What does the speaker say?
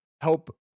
help